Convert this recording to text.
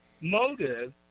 motive